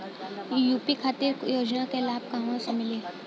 UP खातिर के योजना के लाभ कहवा से मिली?